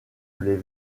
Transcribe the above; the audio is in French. les